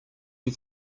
you